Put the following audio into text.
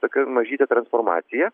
tokia mažytė transformacija